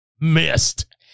missed